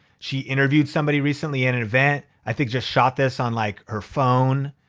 she interviewed somebody recently in an event, i think just shot this on like her phone,